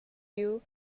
you